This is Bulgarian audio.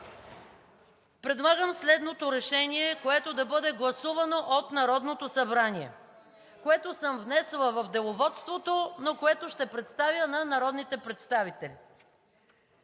Предлагам следното решение, което да бъде гласувано от Народното събрание, което съм внесла в Деловодството, но което ще представя на народните представители: